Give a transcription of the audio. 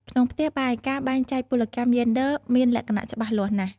ក្នុងផ្ទះបាយ ការបែងចែកពលកម្មយេនឌ័រមានលក្ខណៈច្បាស់លាស់ណាស់។